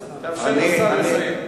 תאפשר לשר לסיים.